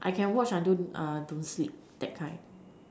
I can watch until don't sleep that time